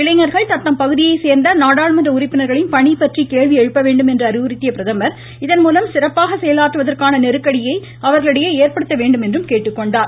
இளைஞர்கள் தத்தம் பகுதியை சேர்ந்த நாடாளுமன்ற உறுப்பினர்களின் பணி பற்றி கேள்வி எழுப்ப வேண்டும் என்று அறிவுறுத்திய பிரதமர் இதன் மூலம் சிறப்பாக செயலாற்றுவதற்கான நெருக்கடியை அவர்களிடையே ஏற்படுத்த வேண்டும் என்றும் கேட்டுக்கொண்டார்